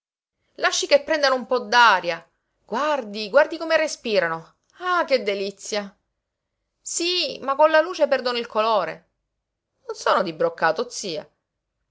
lasci che prendano un po d'aria guardi guardi come respirano ah che delizia sí ma con la luce perdono il colore non sono di broccato zia